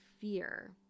fear